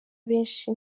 benshi